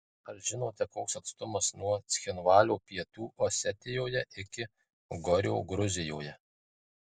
ar žinote koks atstumas nuo cchinvalio pietų osetijoje iki gorio gruzijoje